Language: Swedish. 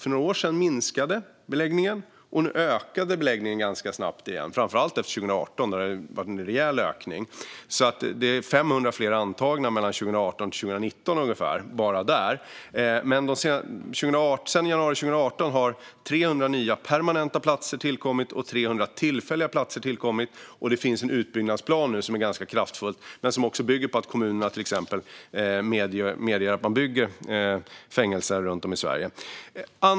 För några år sedan minskade beläggningen, och nu ökar den snabbt igen. Det har framför allt skett efter 2018 då det blev en rejäl ökning. Det blev ungefär 500 fler antagna bara från 2018 till 2019. Sedan januari 2018 har 300 nya permanenta och 300 tillfälliga platser tillkommit. Det finns nu också en kraftfull utbyggnadsplan. Men den bygger på att kommunerna till exempel medger att det byggs fängelser runt om i Sverige.